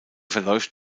verläuft